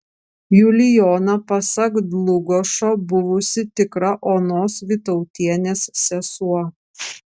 julijona pasak dlugošo buvusi tikra onos vytautienės sesuo